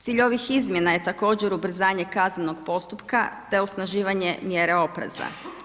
Cilj ovih izmjena je također ubrzanje kaznenog postupka te osnaživanje mjere opreza.